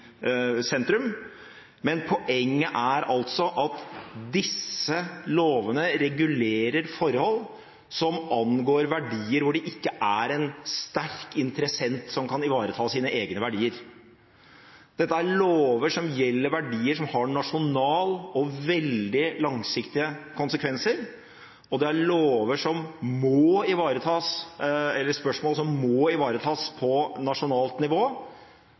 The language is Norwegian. sentrum, men poenget er altså at disse lovene regulerer forhold som angår verdier hvor det ikke er en sterk interessent som kan ivareta sine egne verdier. Dette er lover som gjelder verdier som har nasjonale og veldig langsiktige konsekvenser, og det er spørsmål som må ivaretas på nasjonalt nivå